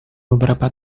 beberapa